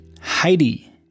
Heidi